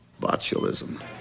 Botulism